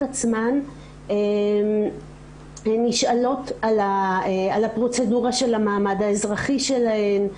עצמן נשאלות על הפרוצדורה של המעמד האזרחי שלהן,